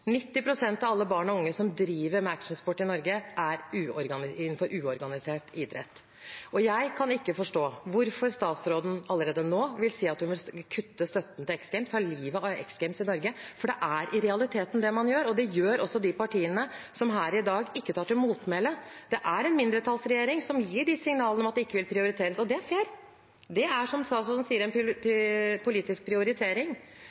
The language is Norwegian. av alle barn og unge som driver med actionsport i Norge, er innenfor uorganisert idrett. Og jeg kan ikke forstå hvorfor statsråden allerede nå sier at hun vil kutte støtten til X Games, ta livet av X Games i Norge – for det er i realiteten det man gjør. Det gjør også de partiene som i dag ikke tar til motmæle. Det er en mindretallsregjering som gir de signalene om at de ikke vil prioritere det. Og det er fair. Det er som statsråden sier, en politisk prioritering,